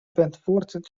beantwortet